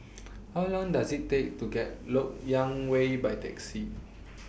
How Long Does IT Take to get to Lok Yang Way By Taxi